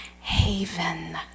haven